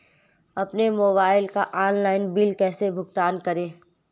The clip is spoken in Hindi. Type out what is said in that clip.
अपने मोबाइल का ऑनलाइन बिल कैसे भुगतान करूं?